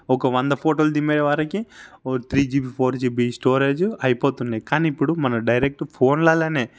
ఒక వంద ఫోటోలు దింపే వరకి ఓ three GB four GB storage అయిపోతున్నాయి కానీ ఇప్పుడు మన డైరెక్ట్ ఫోన్లాగానే